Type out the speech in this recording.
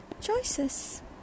choices